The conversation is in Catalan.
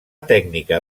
tècnica